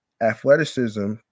athleticism